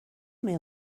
may